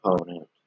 opponent